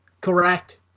correct